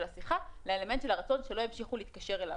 השיחה לאלמנט של הרצון שלא ימשיכו להתקשר אליו.